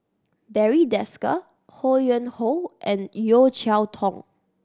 Barry Desker Ho Yuen Hoe and Yeo Cheow Tong